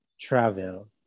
Travel